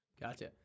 Gotcha